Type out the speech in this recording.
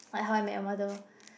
like How I Met Your Mother